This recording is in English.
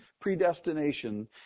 predestination